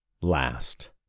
last